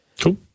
Cool